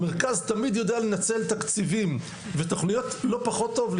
המרכז תמיד יודע לנצל תקציבים ותכניות לא פחות טוב,